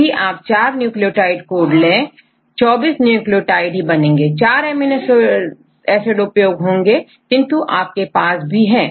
यदि आप चार न्यूक्लियोटाइड कोड ले 24 न्यूक्लियोटाइड ही बनेंगे 4 एमिनो एसिड उपयोग होंगेकिंतु आपके पास भी है